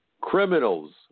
Criminals